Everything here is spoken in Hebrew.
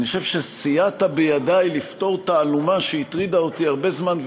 אני חושב שסייעת בידי לפתור תעלומה שהטרידה אותי הרבה זמן,